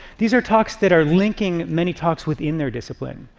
these are talks that are linking many talks within their discipline.